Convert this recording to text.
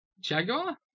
Jaguar